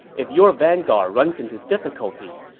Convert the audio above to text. if your vanguard runs into difficulties,